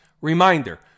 Reminder